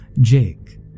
Jake